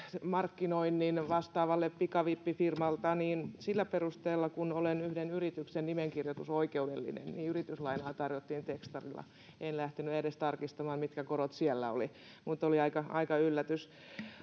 markkinoinnin vastaavalta pikavippifirmalta ja sillä perusteella kun olen yhden yrityksen nimenkirjoitusoikeudellinen niin yrityslainaa tarjottiin tekstarilla en lähtenyt edes tarkistamaan mitkä korot siellä oli mutta oli aika aika yllätys